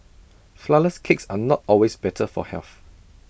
Flourless Cakes are not always better for health